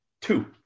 Two